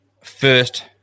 first